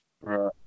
Right